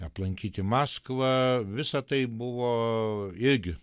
aplankyti maskvą visa tai buvo irgi